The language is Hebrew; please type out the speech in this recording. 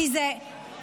כי זה ביזיון.